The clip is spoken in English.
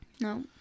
No